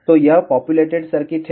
तो यह populated circuit है